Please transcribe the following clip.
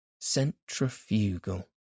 Centrifugal